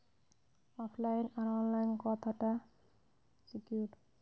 ওফ line আর online কতটা secure?